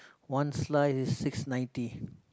one slice is six ninety